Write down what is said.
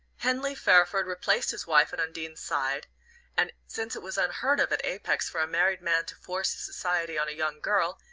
henley fairford replaced his wife at undine's side and since it was unheard-of at apex for a married man to force society on a young girl,